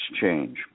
change